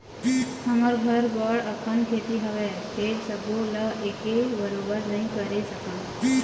हमर घर बड़ अकन खेती हवय, फेर सबो ल एके बरोबर नइ करे सकन